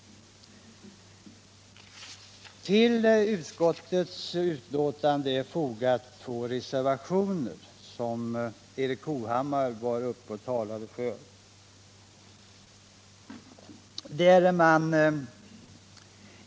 Vid utskottsbetänkandet är fogade två reservationer, som Erik Hovhammar i sitt anförande har talat för.